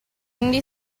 quindi